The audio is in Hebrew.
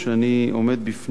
עומד בפני